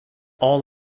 all